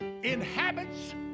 inhabits